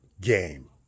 game